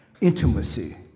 intimacy